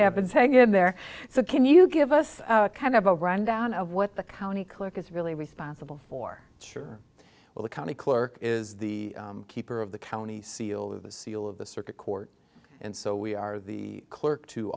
happens hang in there so can you give us kind of a rundown of what the county clerk is really responsible for sure well the county clerk is the keeper of the county seal with the seal of the circuit court and so we are the the clerk to